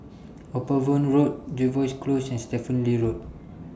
Upavon Road Jervois Close and Stephen Lee Road